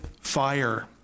fire